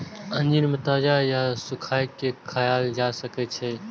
अंजीर कें ताजा या सुखाय के खायल जा सकैए